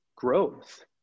growth